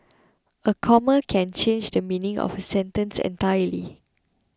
a comma can change the meaning of a sentence entirely